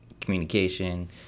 communication